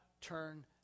turn